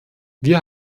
wir